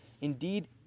Indeed